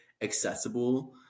accessible